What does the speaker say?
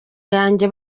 yanjye